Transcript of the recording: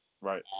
Right